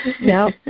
No